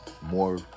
more